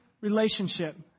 relationship